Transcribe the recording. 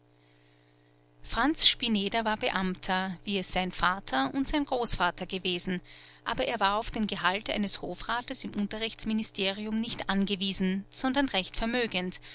franz spineder war beamter wie es sein vater und sein großvater gewesen aber er war auf den gehalt eines hofrates im unterrichtsministerium nicht angewiesen sondern recht vermögend